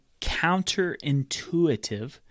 counterintuitive